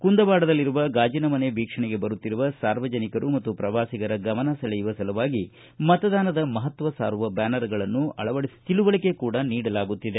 ಕುಂದವಾಡದಲ್ಲಿರುವ ಗಾಜಿನ ಮನೆ ವೀಕ್ಷಣೆಗೆ ಬರುತ್ತಿರುವ ಸಾರ್ವಜನಿಕರ ಮತ್ತು ಪ್ರವಾಸಿಗರ ಗಮನ ಸೆಳೆಯುವ ಸಲುವಾಗಿ ಮತದಾನದ ಮಹತ್ವ ಸಾರುವ ಬ್ಯಾನರ್ಗಳನ್ನು ಅಳವಡಿಸಲಾಗಿದೆಯಲ್ಲದೆ ತಿಳುವಳಿಕೆ ಕೂಡ ನೀಡಲಾಗುತ್ತಿದೆ